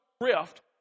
drift